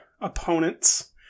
opponent's